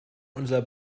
unser